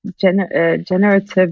generative